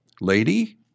Lady